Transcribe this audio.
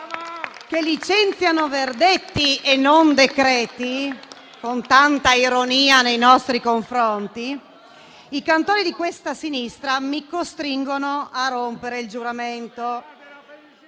che licenziano verdetti e non decreti, con tanta ironia nei nostri confronti, mi costringono a rompere il giuramento.